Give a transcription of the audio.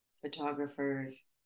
photographers